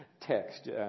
text